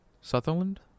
Sutherland